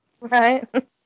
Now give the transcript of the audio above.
Right